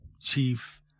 Chief